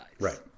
Right